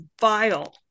vile